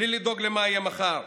בלי לדאוג מה יהיה מחר.